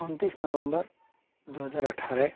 उनतीस नवंबर दो हज़ार अट्ठारह